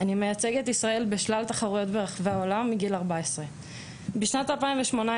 אני מייצגת את ישראל בשלל תחרויות ברחבי העולם כבר מגיל 14. בשנת 2018,